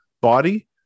body